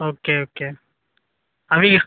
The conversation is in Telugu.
ఓకే ఓకే అది